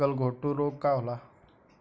गलघोंटु रोग का होला?